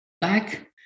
back